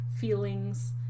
feelings